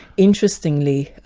interestingly,